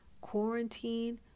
quarantine